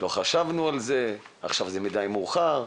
'לא חשבנו על זה', 'עכשיו זה מדי מאוחר',